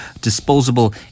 disposable